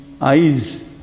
eyes